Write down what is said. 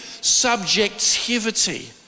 subjectivity